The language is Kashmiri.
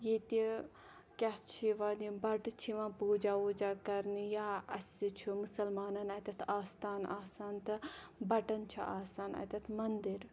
ییٚتہِ کیاہ چھِ یِوان یِم بَٹہٕ چھِ یِوان پوٗجا ووٗجا کَرنہِ یا اَسہِ چھُ مُسَلمانَن اَتٮ۪تھ آستان آسان تہٕ بَٹَن چھُ آسان اَتٮ۪تھ مَندِر